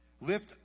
Lift